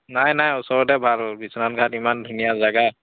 নাই নাই ওচৰতে ভাল বিশ্বনাথ ঘাট ইমান ধুনীয়া জেগা